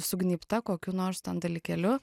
sugnybta kokiu nors ten dalykeliu